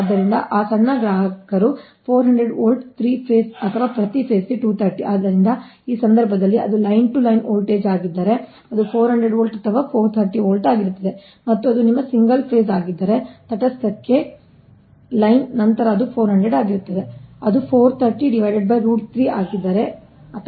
ಆದ್ದರಿಂದ ಈ ಸಣ್ಣ ಗ್ರಾಹಕರು 400 ವೋಲ್ಟ್ 3 ಫೆಸ್ ಅಥವಾ ಪ್ರತಿ ಫೆಸ್ಗೆ 230 ಆದ್ದರಿಂದ ಈ ಸಂದರ್ಭದಲ್ಲಿ ಅದು ಲೈನ್ to ಲೈನ್ ವೋಲ್ಟೇಜ್ ಆಗಿದ್ದರೆ ಅದು 400V ಅಥವಾ 430 V ಆಗಿರುತ್ತದೆ ಮತ್ತು ಅದು ನಿಮ್ಮ ಸಿಂಗಲ್ ಫೇಸ್ ಆಗಿದ್ದರೆ ತಟಸ್ಥಕ್ಕೆ ಲೈನ್ ನಂತರ ಅದು 400 ಆಗಿರುತ್ತದೆ ಅದು 430√3 ಆಗಿದ್ದರೆ ಅಥವಾ ಅದು 430 ನಂತರ 430√3